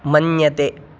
मन्यते